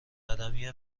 قدمی